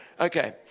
Okay